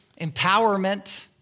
empowerment